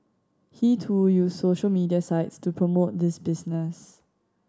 he too used social media sites to promote this business